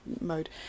mode